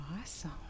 Awesome